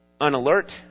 unalert